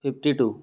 fifty two